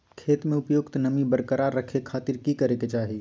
खेत में उपयुक्त नमी बरकरार रखे खातिर की करे के चाही?